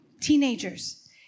teenagers